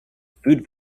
food